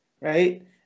right